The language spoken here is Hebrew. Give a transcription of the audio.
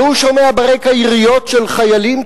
והוא שומע ברקע יריות של חיילים,